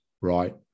right